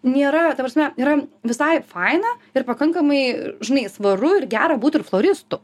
nėra ta prasme yra visai faina ir pakankamai žinai svaru ir gera būt ir floristu